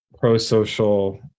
pro-social